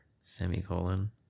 semicolon